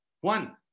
one